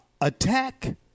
attack